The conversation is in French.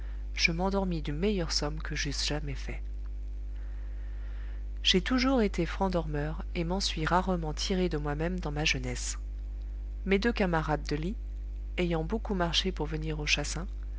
je m'endormis du meilleur somme que j'eusse jamais fait j'ai toujours été franc dormeur et m'en suis rarement tiré de moi-même dans ma jeunesse mes deux camarades de lit ayant beaucoup marché pour venir au chassin